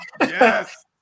Yes